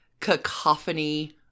Cacophony